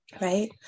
right